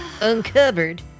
uncovered